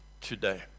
today